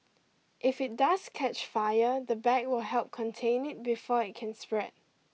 if it does catch fire the bag will help contain it before it can spread